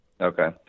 Okay